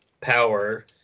power